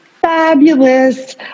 fabulous